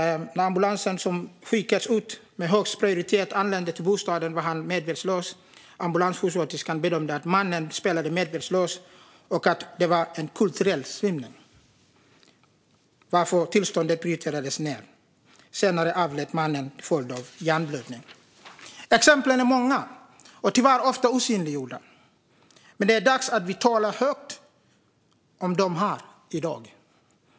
När ambulansen som skickades ut med högsta prioritet anlände till bostaden var mannen medvetslös. Ambulanssjuksköterskan bedömde att mannen spelade medvetslös och att det var en "kulturell" svimning, varför tillståndet prioriterades ned. Senare avled mannen till följd av hjärnblödning. Exemplen är många och tyvärr ofta osynliggjorda, men det är dags att vi talar högt om dem i dag.